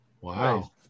Wow